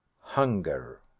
Hunger